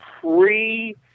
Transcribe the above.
pre